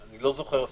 אני לא זוכר אפילו.